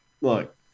look